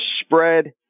spread